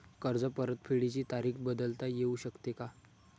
कर्ज परतफेडीची तारीख बदलता येऊ शकते का?